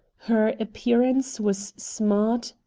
her appearance was smart,